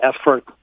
effort